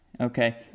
Okay